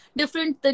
different